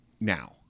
now